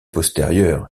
postérieures